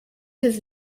his